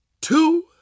two